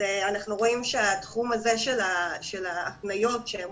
אנחנו רואים שהתחום הזה של ההתניות שהן